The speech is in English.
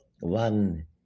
one